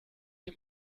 dem